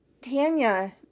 Tanya